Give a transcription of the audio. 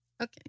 Okay